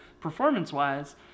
performance-wise